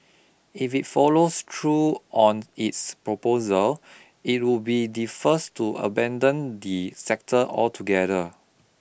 if it follows through on its proposal it would be the first to abandon the sector altogether